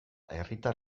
herritar